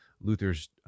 Luther's